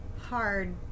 hard